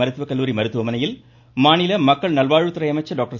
மருத்துவக்கல்லூரி மருத்துவமனையில் மாநில மக்கள் நல்வாழ்வுத்துறை அமைச்சர் டாக்டர்